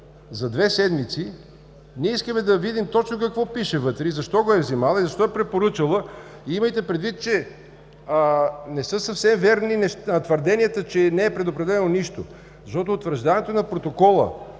за две седмици, ние искаме да видим точно какво пише вътре, защо го е взела и защо е препоръчала... Имайте предвид, че не са съвсем верни твърденията, че не е предопределено нищо, защото утвърждаването на протокола